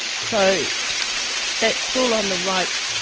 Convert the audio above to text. so that school on the right,